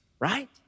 right